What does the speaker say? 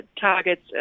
targets